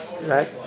Right